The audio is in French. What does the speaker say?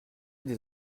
des